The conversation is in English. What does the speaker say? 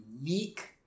unique